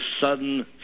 sudden